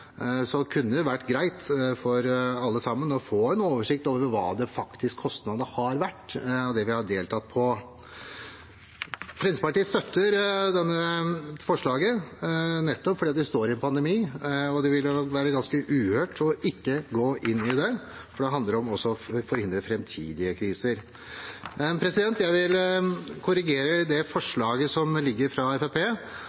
kunne vært greit for alle å få en oversikt over hva de faktiske kostnadene med det vi har deltatt på fra 1995, har vært. Fremskrittspartiet støtter forslaget nettopp fordi vi står i en pandemi, og det ville være ganske uhørt å ikke gå inn i det, for det handler om også å forhindre framtidige kriser. Jeg vil korrigere forslaget fra Fremskrittspartiet. Det